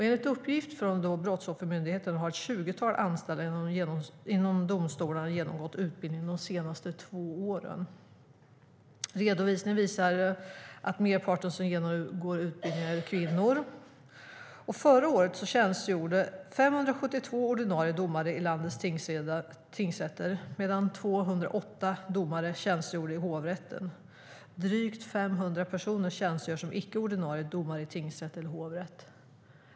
Enligt uppgift från Brottsoffermyndigheten har ett 20-tal anställda inom domstolarna genomgått utbildningen under de senaste två åren. Redovisningen visar att merparten av dem som genomgår utbildningen är kvinnor. Förra året tjänstgjorde 572 ordinarie domare i landets tingsrätter medan 208 domare tjänstgjorde i hovrätten. Drygt 500 personer tjänstgör som icke ordinarie domare i tingsrätt eller hovrätt.